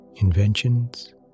inventions